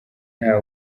nta